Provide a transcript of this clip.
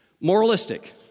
Moralistic